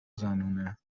زنونه